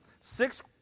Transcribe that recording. six